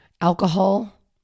alcohol